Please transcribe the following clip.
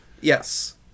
Yes